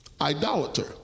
idolater